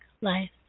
life